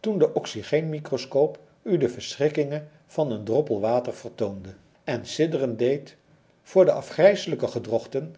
toen de oxygeen mikroscoop u de verschrikkingen van een droppel water vertoonde en sidderen deed voor de afgrijselijke gedrochten